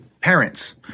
Parents